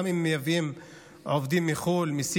גם אם מייבאים עובדים מחו"ל, מסין,